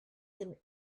him